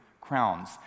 crowns